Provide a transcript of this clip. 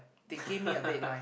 they give me a deadline